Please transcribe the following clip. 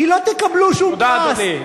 כי לא תקבלו שום פרס, תודה, אדוני.